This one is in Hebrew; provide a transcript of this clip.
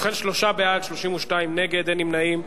ובכן, שלושה בעד, 32 נגד, אין נמנעים.